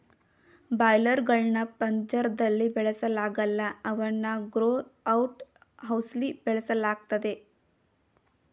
boiler ಗಳ್ನ ಪಂಜರ್ದಲ್ಲಿ ಬೆಳೆಸಲಾಗಲ್ಲ ಅವನ್ನು ಗ್ರೋ ಔಟ್ ಹೌಸ್ಲಿ ಬೆಳೆಸಲಾಗ್ತದೆ